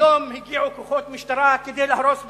היום הגיעו כוחות משטרה כדי להרוס בית.